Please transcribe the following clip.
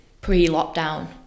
pre-lockdown